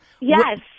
Yes